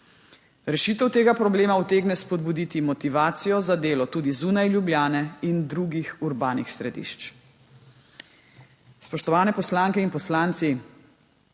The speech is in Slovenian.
Rešitev tega problema utegne spodbuditi motivacijo za delo tudi zunaj Ljubljane in drugih urbanih središč. Spoštovane poslanke in poslanci,